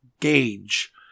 gauge